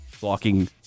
blocking